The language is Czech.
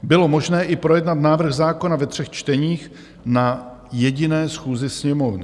Bylo možné i projednat návrh zákona ve třech čteních na jediné schůzi Sněmovny.